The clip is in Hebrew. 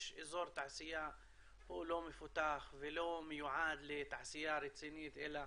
אזור תעשייה הוא לא מפותח ולא מיועד לתעשייה רצינית אלא